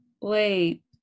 wait